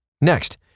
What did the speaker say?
Next